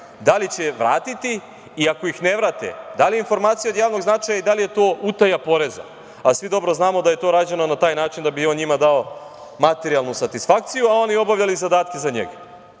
da li će vratiti i ako ih ne vrate, da li je informacije od javnog značaja i da li je to utaja poreza? A svi dobro znamo da je to rađeno na taj način da bi on njima dao materijalnu satisfakciju, a oni obavljali zadatke za njega. Mi